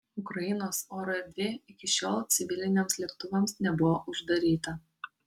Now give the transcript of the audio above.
ukrainos oro erdvė iki šiol civiliniams lėktuvams nebuvo uždaryta